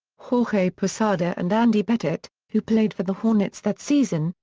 jorge posada and andy pettitte, who played for the hornets that season,